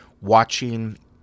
watching